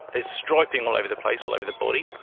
there's striping all over the place, all over the body.